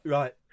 right